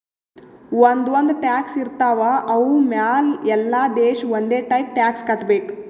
ಒಂದ್ ಒಂದ್ ಟ್ಯಾಕ್ಸ್ ಇರ್ತಾವ್ ಅವು ಮ್ಯಾಲ ಎಲ್ಲಾ ದೇಶ ಒಂದೆ ಟೈಪ್ ಟ್ಯಾಕ್ಸ್ ಕಟ್ಟಬೇಕ್